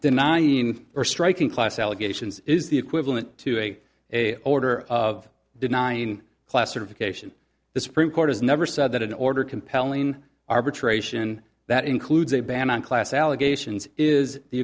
denying or striking class allegations is the equivalent to a a order of denying classification the supreme court has never said that in order compelling arbitration that includes a ban on class allegations is the